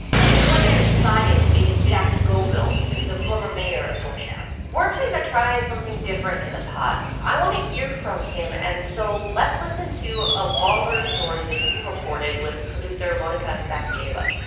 and one man we spotted is jack scoville. he's the former mayor of georgetown we're actually going to try something different in the pod. i want to hear from him. and so let's listen to a longer story that you reported with producer monica evstatieva.